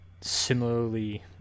similarly